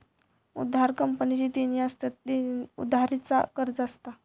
उधार कंपनीची देणी असतत, उधारी चा कर्ज असता